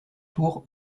tours